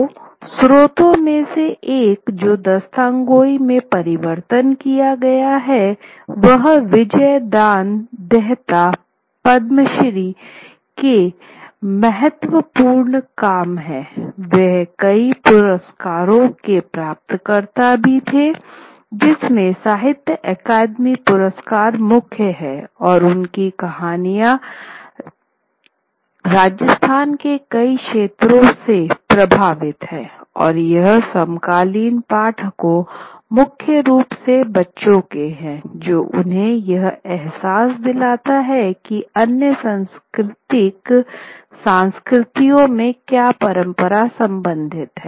तो स्रोतों में से एक जो दास्तानगोई में परिवर्तित किया गया है वह विजयदान देहता पद्मश्री के महत्त्वपूर्णकाम है वह कई पुरस्कारों के प्राप्तकर्ता भी थे जिसमे साहित्य अकादमी पुरस्कार मुख्य हैं और उनकी कहानियां राजस्थान के कई क्षेत्रों से प्रभावित हैं और यह समकालीन पाठकों मुख्या रूप से बच्चों के हैं जो उन्हें यह एहसास दिलाते हैं कि अन्य सांस्कृतिक संस्कृतियों में क्या परम्पराएं संबंधित हैं